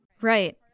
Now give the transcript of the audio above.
right